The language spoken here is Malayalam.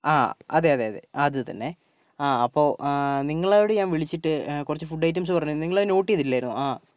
ആ അതെ അതെ അതെ അത് തന്നെ ആ അപ്പോൾ നിങ്ങളോട് ഞാൻ വിളിച്ചിട്ട് പറഞ്ഞു നിങ്ങൾ നോട്ട് ചെയ്തില്ലായിരുന്നോ